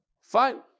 fine